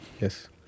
Yes